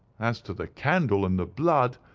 as to the candle, and the blood,